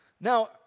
Now